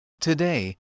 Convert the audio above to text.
Today